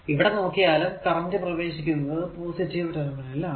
ഇവിടെ നോക്കിയാലും കറന്റ് പ്രവേശിക്കുന്നത് പോസിറ്റീവ് ടെർമിനൽ ൽ ആണ്